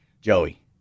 Joey